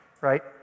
right